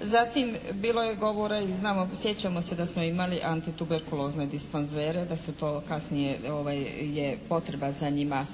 Zatim, bilo je govora i znamo, sjećamo se da smo imali antituberkulozne disfanzere, da su to kasnije je potreba za njima